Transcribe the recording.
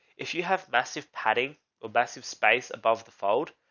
if you have massive padding or massive space above the fold.